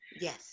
Yes